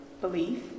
Belief